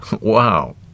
Wow